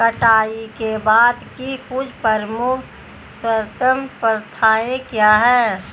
कटाई के बाद की कुछ प्रमुख सर्वोत्तम प्रथाएं क्या हैं?